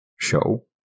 show